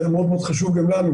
זה היה מאוד חשוב גם לנו,